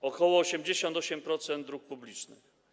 To ok. 88% dróg publicznych.